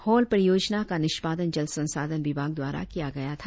hall परियोजना का निष्पादन जल संसाधन विभाग द्वारा किया गया था